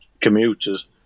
commuters